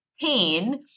pain